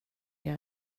jag